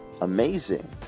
Amazing